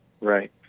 Right